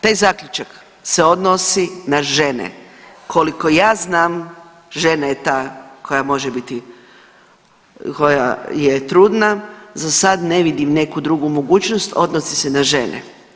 Taj Zaključak se odnosi na žene koliko ja znam, žena je ta koja može biti, koja je trudna, za sad ne vidim neku drugu mogućnost, odnosi se na žene.